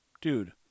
Dude